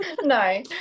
No